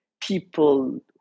people